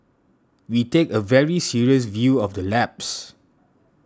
we take a very serious view of the lapse